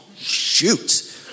shoot